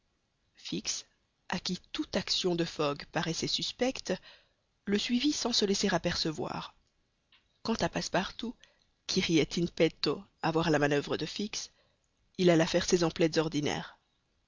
fix à qui toute action de fogg paraissait suspecte le suivit sans se laisser apercevoir quant à passepartout qui riait in petto à voir la manoeuvre de fix il alla faire ses emplettes ordinaires